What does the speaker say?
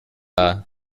how